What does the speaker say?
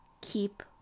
Keep